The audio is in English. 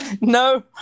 No